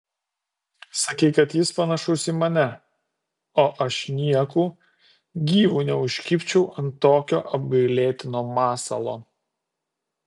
sakei kad jis panašus į mane o aš nieku gyvu neužkibčiau ant tokio apgailėtino masalo